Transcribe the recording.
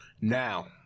Now